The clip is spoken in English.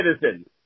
citizen